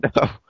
no